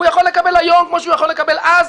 הוא יכול לקבל היום כמו שהוא יכול לקבל אז,